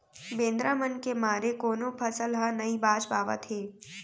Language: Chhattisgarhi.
बेंदरा मन के मारे कोनो फसल ह नइ बाच पावत हे